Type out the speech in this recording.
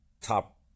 top